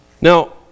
Now